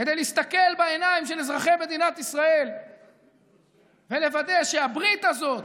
כדי להסתכל בעיניים של אזרחי מדינת ישראל ולוודא שהברית הזאת,